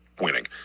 winning